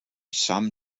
some